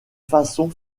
façon